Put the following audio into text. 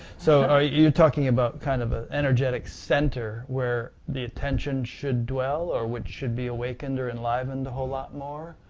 so are you talking about an kind of ah energetic center where the attention should dwell, or which should be awakened or enlivened a whole lot more,